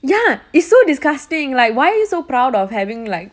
ya it's so disgusting like why are you so proud of having like